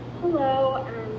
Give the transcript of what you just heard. hello